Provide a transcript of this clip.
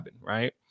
Right